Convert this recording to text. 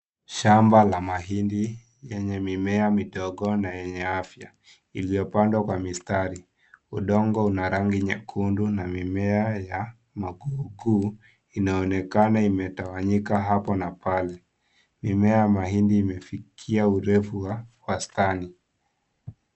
Shamba la mahindi lenye mimea midogo na yenye afya, iliopandwa kwa mistari, udongo una rangi nyekundu na mimea ya makukuu inaonekana imetawanyika hapa na pale, mimea ya mahindi imefikia urefu wa wastani.